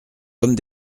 comme